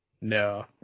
no